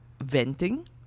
venting